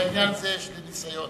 בעניין זה יש לי ניסיון.